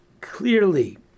Clearly